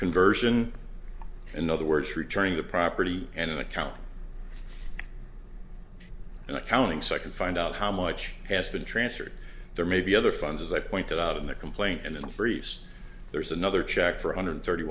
conversion in other words returning the property and account and accounting second find out how much has been transferred there may be other funds as i pointed out in the complaint and in the briefs there's another check for a hundred thirty